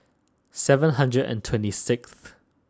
seven hundred and twenty sixth